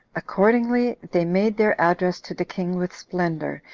accordingly, they made their address to the king with splendor,